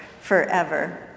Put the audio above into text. forever